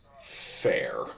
fair